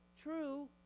true